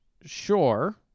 sure